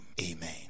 amen